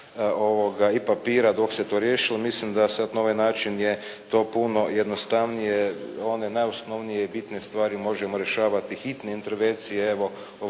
i papira dok se to riješilo. Mislim da sad na ovaj način je to puno jednostavnije. One najosnovnije i bitne stvari možemo rješavati, hitne intervencije